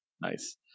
Nice